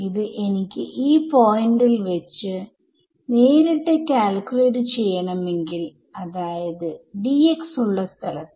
ഇത് എനിക്ക് ഈ പോയിന്റിൽ വെച്ച് നേരിട്ട് കാൽക്കുലേറ്റ് ചെയ്യണമെങ്കിൽ അതായത് Dx ഉള്ള സ്ഥലത്ത്